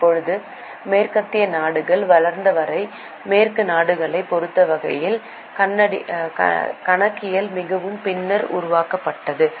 இப்போது மேற்கத்திய நாடுகள் வளர்ந்தவரை மேற்கு நாடுகளைப் பொறுத்தவரையில் கணக்கியல் மிகவும் பின்னர் உருவாக்கப்பட்டது